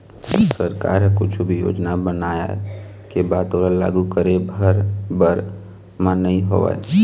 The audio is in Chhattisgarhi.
सरकार ह कुछु भी योजना बनाय के बाद ओला लागू करे भर बर म नइ होवय